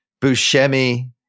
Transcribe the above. Buscemi